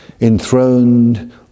enthroned